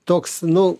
toks nu